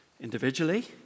individually